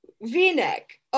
V-neck